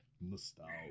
nostalgia